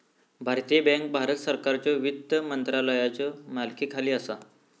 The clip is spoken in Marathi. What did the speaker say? भारतीय बँक भारत सरकारच्यो वित्त मंत्रालयाच्यो मालकीखाली असा